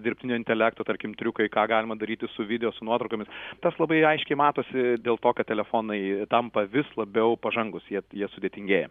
dirbtinio intelekto tarkim triukai ką galima daryti su video su nuotraukomis tas labai aiškiai matosi dėl to kad telefonai tampa vis labiau pažangūs jie jie sudėtingėja